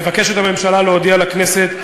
מבקשת הממשלה להודיע לכנסת,